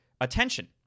attention